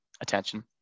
attention